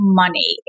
money